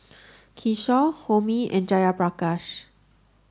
Kishore Homi and Jayaprakash